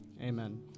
Amen